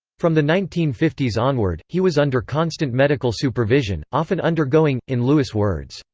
from the nineteen fifty s onward, he was under constant medical supervision, often undergoing, in lewis' words,